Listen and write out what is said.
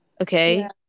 okay